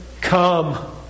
come